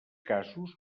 casos